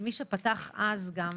רוצה לומר שחלק מהדברים שעלו כאן,